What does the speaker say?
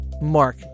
Mark